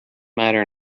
matter